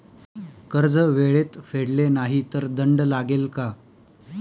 कर्ज वेळेत फेडले नाही तर दंड लागेल का?